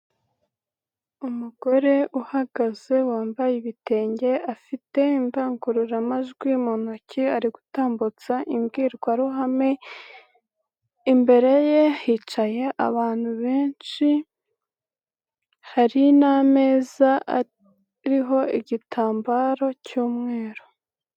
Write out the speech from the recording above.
Umugore uhagaze wambaye ibitenge afite indangururamajwi mu ntoki ari gutambutsa imbwirwaruhame, Imbere ye hicaye abantu benshi, hari n'ameza ariho igitambaro cy'umweru.